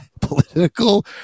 political